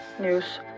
news